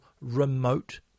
Remote